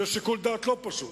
זה שיקול דעת לא פשוט,